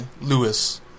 Lewis